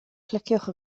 cliciwch